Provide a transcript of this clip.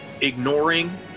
ignoring